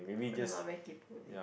cause I not a very kaypo is it